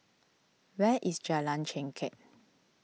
where is Jalan Chengkek